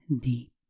deep